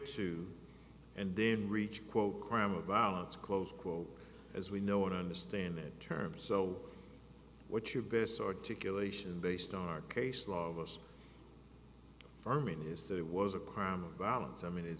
to and then reach quote crime of violence close quote as we know it understand that term so what's your best articulation based on our case a lot of us are mean is that it was a crime of violence i mean is